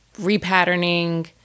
repatterning